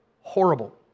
horrible